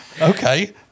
Okay